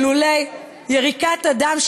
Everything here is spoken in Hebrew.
שלולא ירקנו דם,